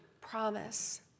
promise